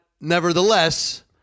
nevertheless